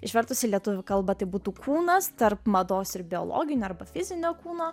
išvertus į lietuvių kalbą tai būtų kūnas tarp mados ir biologinio arba fizinio kūno